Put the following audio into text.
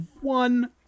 one